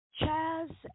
Chaz